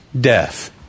Death